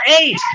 eight